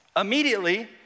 Immediately